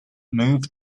moved